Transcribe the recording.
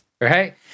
Right